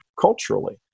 culturally